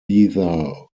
either